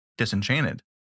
disenchanted